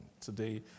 today